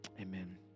Amen